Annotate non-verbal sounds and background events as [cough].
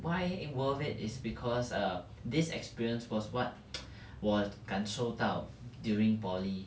why it worth it is because err this experience was what [noise] 我感受到 during poly